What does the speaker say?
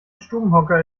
stubenhocker